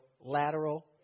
lateral